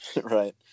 Right